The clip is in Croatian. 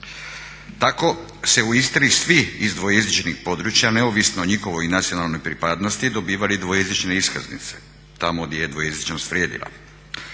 Tako se u Istri svi iz dvojezičnih područja neovisno o njihovoj nacionalnoj pripadnosti dobivali dvojezične iskaznice tamo gdje je dvojezičnost vrijedila.